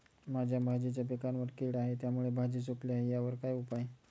माझ्या भाजीच्या पिकावर कीड आहे त्यामुळे भाजी सुकली आहे यावर काय उपाय?